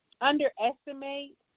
underestimate